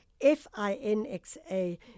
F-I-N-X-A